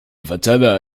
fachada